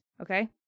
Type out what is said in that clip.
okay